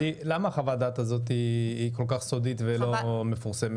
למה חוות הדעת הזאת כל כך סודית ולא מפורסמת?